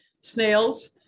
snails